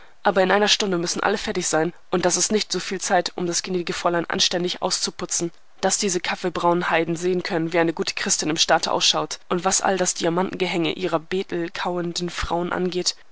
aber in einer stunde müssen alle fertig sein und das ist nicht zu viel zeit um das gnädige fräulein anständig anzuputzen daß diese kaffeebraunen heiden sehen können wie eine gute christin im staate ausschaut und was all das diamantengehänge ihrer betel kauenden frauen angeht